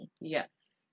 Yes